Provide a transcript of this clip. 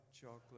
chocolate